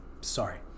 sorry